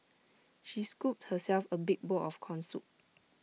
she scooped herself A big bowl of Corn Soup